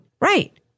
Right